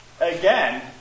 again